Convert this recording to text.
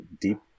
deep